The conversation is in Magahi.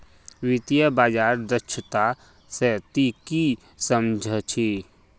वित्तीय बाजार दक्षता स ती की सम झ छि